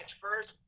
first